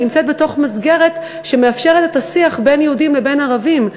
שנמצאת בתוך מסגרת שמאפשרת את השיח בין יהודים לבין ערבים,